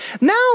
Now